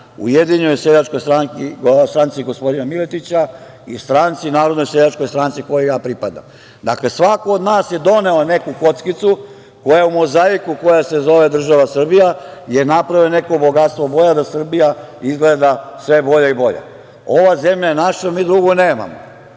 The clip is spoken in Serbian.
Ujedinjenoj seljačkoj stranci gospodina Miletića i Narodnoj seljačkoj stranci, kojoj ja pripadam. Dakle, svako od nas je doneo neku kockicu koja je u mozaiku, koja se zove država Srbija i napravio neko bogatstvo boja da Srbija izgleda sve bolja i bolja. Ova zemlja je naša i mi drugu nemamo.